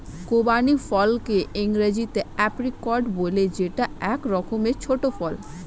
খুবানি ফলকে ইংরেজিতে এপ্রিকট বলে যেটা এক রকমের ছোট্ট ফল